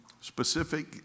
specific